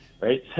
Right